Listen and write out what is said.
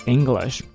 English